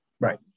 Right